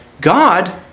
God